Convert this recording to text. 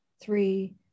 three